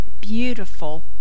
beautiful